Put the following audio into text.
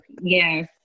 Yes